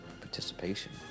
participation